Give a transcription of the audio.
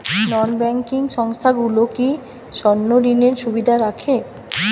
নন banking সংস্থাগুলো কি স্বর্ণঋণের সুবিধা রাখে?